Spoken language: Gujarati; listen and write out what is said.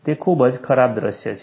તે ખૂબ જ ખરાબ દૃશ્ય છે